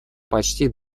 почти